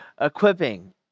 equipping